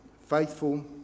faithful